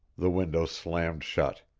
the window slammed shut.